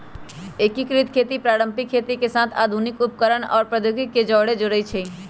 एकीकृत खेती पारंपरिक खेती के साथ आधुनिक उपकरणअउर प्रौधोगोकी के जोरई छई